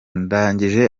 ndangije